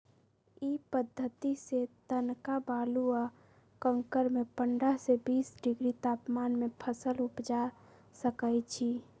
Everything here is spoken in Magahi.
इ पद्धतिसे तनका बालू आ कंकरमें पंडह से बीस डिग्री तापमान में फसल उपजा सकइछि